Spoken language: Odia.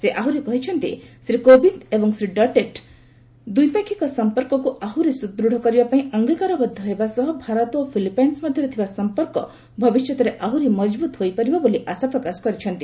ସେ ଆହୁରି କହିଛନ୍ତି ଶ୍ରୀ କୋବିନ୍ଦ ଏବଂ ଶ୍ରୀ ଡଟେର୍ଟ ଦ୍ୱିପାକ୍ଷିକ ସଂପର୍କକୁ ଆହୁରି ସୁଦୂଢ଼ କରିବା ପାଇଁ ଅଙ୍ଗୀକାରବଦ୍ଧ ହେବା ସହ ଭାରତ ଓ ଫିଲିପାଇନ୍ନ ମଧ୍ୟରେ ଥିବା ସଂପର୍କ ଭବିଷ୍ୟତରେ ଆହୁରି ମଜବୁତ ହୋଇପାରିବ ଆଶା ପ୍ରକାଶ କରିଛନ୍ତି